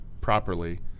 properly